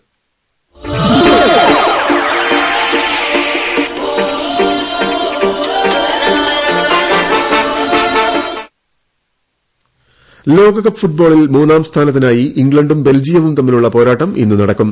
theme music ലോക cup ഫുട്ബോളിൽ മൂന്നാം സ്ഥാനത്തിനായി ഇംഗ്ലണ്ടും ബെൽജിയവും തമ്മിലുള്ള പോരാട്ടം ഇന്ന് നടക്കും